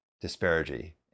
disparity